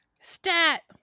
stat